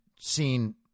seen